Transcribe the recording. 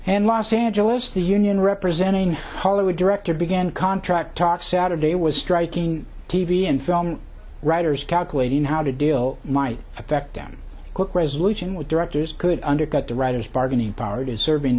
and los angeles the union representing hollywood director began contract talks saturday was striking t v and film writers calculating how to deal might affect them quick resolution with directors could undercut the writer's bargaining power it is serving